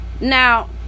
now